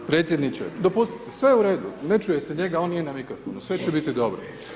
Predsjedniče, dopustite, sve je u redu, ne čuje se njega, on nije na mikrofonu, sve će biti dobro.